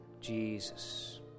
Jesus